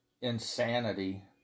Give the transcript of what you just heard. insanity